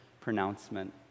pronouncement